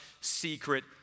secret